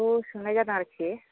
बेखौ सोंनाय जादों आरोखि